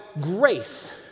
grace